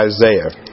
Isaiah